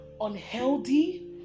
unhealthy